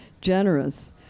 generous